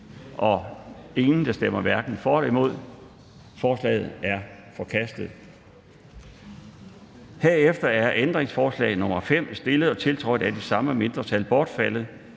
LA (ved en fejl)), hverken for eller imod stemte 0. Ændringsforslaget er forkastet. Herefter er ændringsforslag nr. 5, stillet og tiltrådt af de samme mindretal, bortfaldet.